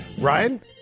Ryan